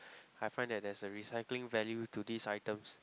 I find that there's a recycling value to these items